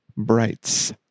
Brights